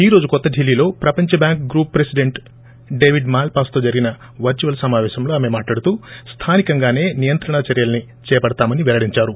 ఈరోజు కొత్త డిల్లీ లో ప్రపంచ బ్యాంక్ గ్రూప్ ప్రెసిడెంట్ ేడేవిడ్ మాల్పాస్తో జరిగిన వర్సువల్ సమావేశంలో ఆమె మాట్లాడుతూ స్థానికంగాసే నియంత్రణా చర్యల్సి చేపడతామనే పెల్లడించారు